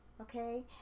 okay